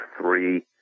three